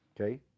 Okay